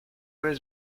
aver